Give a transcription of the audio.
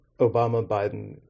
Obama-Biden